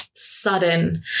Sudden